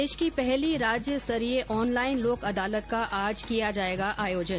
देश की पहली राज्य स्तरीय ऑनलाइन लोक अदालत का आज किया जाएगा आयोजन